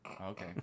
Okay